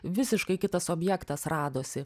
visiškai kitas objektas radosi